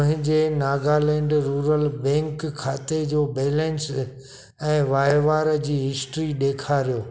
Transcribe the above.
मुंहिंजे Nagaland rural bank ख़ाते जो बैलेंस ऐं वहिंवार जी हिस्ट्री ॾेखारियो